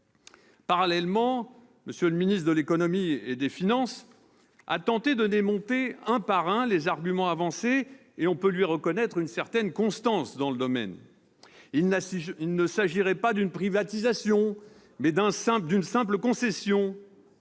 Parallèlement, M. le ministre de l'économie et des finances a tenté de démonter, un par un, les arguments avancés- on peut d'ailleurs lui reconnaître une certaine constance en la matière. Il s'agirait non pas d'une privatisation, mais d'une simple concession